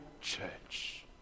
church